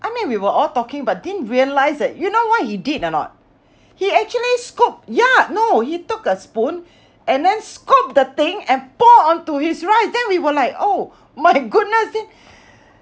I mean we were all talking but didn't realise that you know what he did or not he actually scoop yeah no he took a spoon and then scoop the thing and pour onto his rice then we were like oh my goodness